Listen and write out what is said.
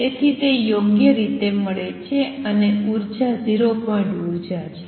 તેથી તે યોગ્ય રીતે મળે છે અને ઉર્જા 0 પોઇન્ટ ઉર્જા છે